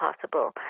possible